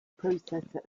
processor